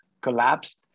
collapsed